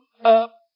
up